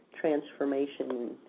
transformation